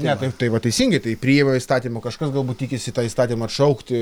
ne taip tai va teisingai tai priima įstatymą kažkas galbūt tikisi tą įstatymą atšaukti